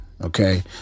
Okay